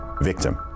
victim